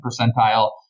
percentile